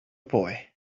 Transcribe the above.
boy